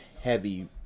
heavy